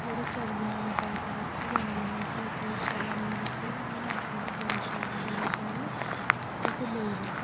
जेह्ड़े चली जान पैसे खर्चियै लैने फ्ही चीज चलै नी ते केह् करना उ'नें आखेआ कि बड़े शैल न बड़े शैल तुस लेई लैओ